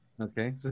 Okay